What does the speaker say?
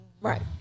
Right